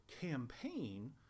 campaign